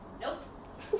Nope